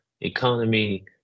economy